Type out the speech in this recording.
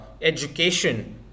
education